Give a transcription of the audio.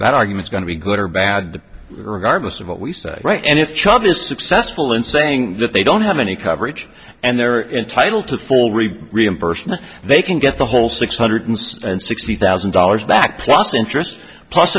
that arguments going to be good or bad regardless of what we say right and if the child is successful in saying that they don't have any coverage and they're entitled to full review reimbursement they can get the whole six hundred six and sixty thousand dollars back plus interest plus